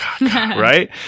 right